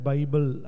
Bible